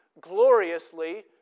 gloriously